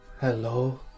Hello